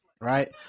right